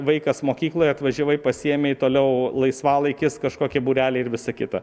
vaikas mokykloje atvažiavai pasiėmei toliau laisvalaikis kažkokie būreliai ir visa kita